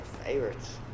favorites